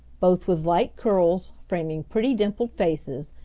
both with light curls framing pretty dimpled faces,